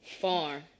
farm